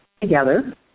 together